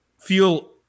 feel